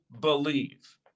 believe